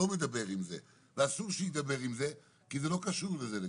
לא מדבר עם זה ואסור שידבר עם זה כי זה לא קשור לזה לגמרי.